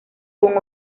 con